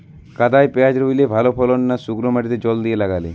কাদায় পেঁয়াজ রুইলে ভালো ফলন না শুক্নো মাটিতে জল দিয়ে লাগালে?